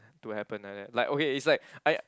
to happen like that like okay is like I